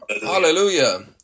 Hallelujah